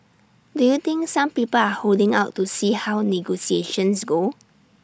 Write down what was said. do you think some people are holding out to see how negotiations go